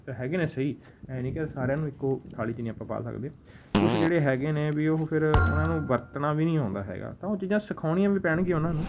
ਹੈਗੇ ਨੇ ਸਹੀ ਐਂ ਨਹੀਂ ਕਿ ਸਾਰਿਆਂ ਨੂੰ ਇੱਕੋ ਥਾਲੀ 'ਚ ਨਹੀਂ ਆਪਾਂ ਪਾ ਸਕਦੇ ਕੁਛ ਜਿਹੜੇ ਹੈਗੇ ਨੇ ਵੀ ਉਹ ਫਿਰ ਉਹਨਾਂ ਨੂੰ ਵਰਤਣਾ ਵੀ ਨਹੀਂ ਆਉਂਦਾ ਹੈਗਾ ਤਾਂ ਉਹ ਚੀਜ਼ਾਂ ਸਿਖਾਉਣੀਆਂ ਵੀ ਪੈਣਗੀਆਂ ਉਹਨਾਂ ਨੂੰ